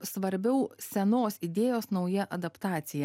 svarbiau senos idėjos nauja adaptacija